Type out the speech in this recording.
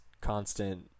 constant